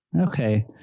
Okay